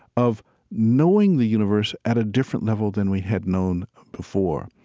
of knowing the universe at a different level than we had known before.